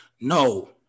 No